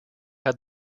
had